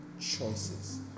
choices